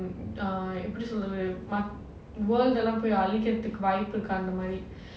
err எப்படி சொல்றது:eppadi solrathu world லாம் போய் அழிக்கருத்துக்கு வாய்ப்பிருக்கா அந்த மாதிரி:laam poi azhikirathuku vaipirikku andha maadhiri